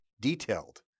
detailed